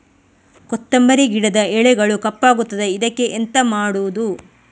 ಕೊತ್ತಂಬರಿ ಗಿಡದ ಎಲೆಗಳು ಕಪ್ಪಗುತ್ತದೆ, ಇದಕ್ಕೆ ಎಂತ ಮಾಡೋದು?